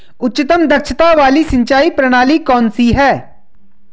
उच्चतम दक्षता वाली सिंचाई प्रणाली कौन सी है?